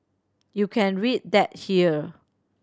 you can read that here